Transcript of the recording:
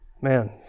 Man